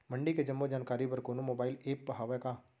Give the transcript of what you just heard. मंडी के जम्मो जानकारी बर कोनो मोबाइल ऐप्प हवय का?